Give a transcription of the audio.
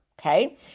Okay